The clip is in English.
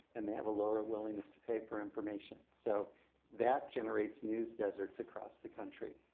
and they have a lower willingness to pay for information. so that generates news deserts across the country.